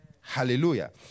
Hallelujah